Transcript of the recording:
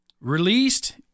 released